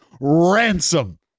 ransom